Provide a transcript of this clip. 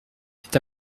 est